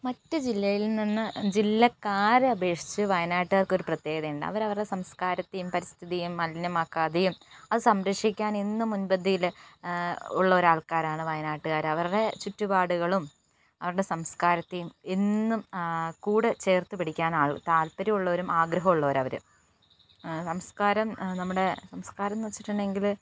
മറ്റു ജില്ലയിൽ നിന്ന് ജില്ലക്കാരെ അപേക്ഷിച്ചു വയനാട്ടുകാർക്കൊരു പ്രത്യേകതയുണ്ട് അവർ അവരുടെ സംസ്ക്കാരത്തെയും പരിസ്ഥിതിയെയും മലിനമാക്കാതെയും അത് സംരക്ഷിക്കാൻ എന്നും മുൻപന്തിയിൽ ഉള്ള ഒരു ആൾക്കാരാണ് വയനാട്ടുകാർ അവരുടെ ചുറ്റുപാടുകളും അവരുടെ സംസ്ക്കാരത്തെയും എന്നും കൂടെ ചേർത്തുപിടിക്കാൻ താൽപര്യമുള്ളവരും ആഗ്രഹമുള്ളവരാണ് അവർ സംസ്ക്കാരം നമ്മുടെ സംസ്ക്കാരം എന്ന് വച്ചിട്ടുണ്ടെങ്കിൽ